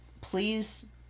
please